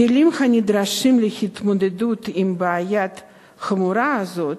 הכלים הנדרשים להתמודדות עם הבעיה החמורה הזאת,